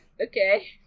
okay